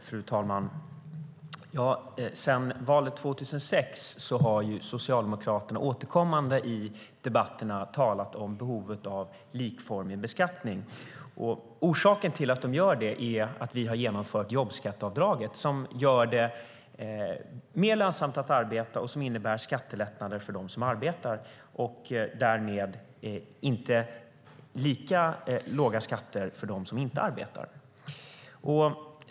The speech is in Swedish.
Fru talman! Sedan valet 2006 har Socialdemokraterna återkommande i debatterna talat om behovet av likformig beskattning. Orsaken till att de gör det är att vi har genomfört jobbskatteavdraget, som gör det mer lönsamt att arbeta och som innebär skattelättnader för dem som arbetar och därmed inte lika låga skatter för dem som inte arbetar.